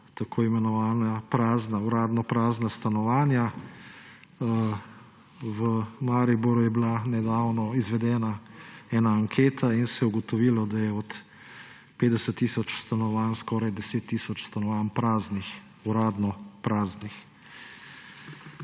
tako imenovana uradno prazna stanovanja. V Mariboru je bila nedavno izvedena ena anketa in se je ugotovilo, da je od 50 tisoč stanovanj skoraj 10 tisoč stanovanj praznih, uradno praznih.